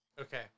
okay